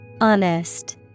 Honest